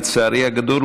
לצערי הגדול,